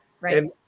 right